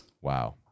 Wow